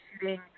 shooting